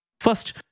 First